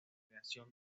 creación